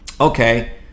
okay